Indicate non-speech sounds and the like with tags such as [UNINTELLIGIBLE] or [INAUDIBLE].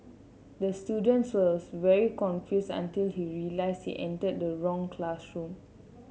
the students [UNINTELLIGIBLE] very confused until he realised he entered the wrong classroom